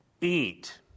eat